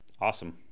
Awesome